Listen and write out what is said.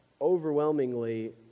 overwhelmingly